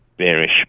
bearish